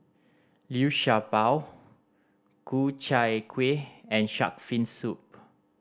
Liu Sha Bao Ku Chai Kuih and Shark's Fin Soup